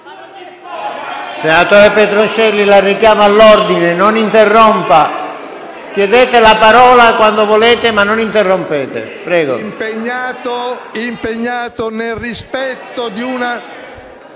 Senatore Petrocelli, la richiamo all'ordine: non interrompa. Chiedete la parola quando volete, ma non interrompete. Prego,